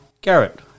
Garrett